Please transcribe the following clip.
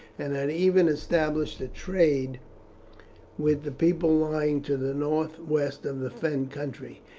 and had even established a trade with the people lying to the northwest of the fen country.